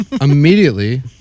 Immediately